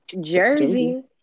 Jersey